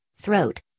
throat